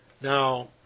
Now